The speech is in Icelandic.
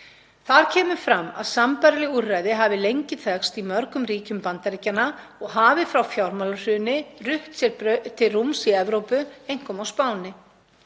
Þar kemur fram að sambærileg úrræði hafi lengi þekkst í mörgum ríkjum Bandaríkjanna og hafi frá fjármálahruni rutt sér til rúms í Evrópu, einkum á Spáni.